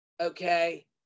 okay